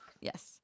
Yes